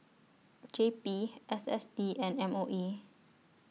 J B S S T and M O E